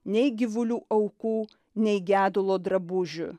nei gyvulių aukų nei gedulo drabužiu